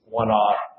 one-off